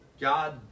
God